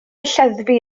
lleddfu